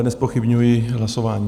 Nezpochybňuji hlasování.